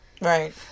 Right